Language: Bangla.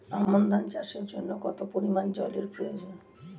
আমন ধান চাষের জন্য কত পরিমান জল এর প্রয়োজন?